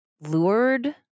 lured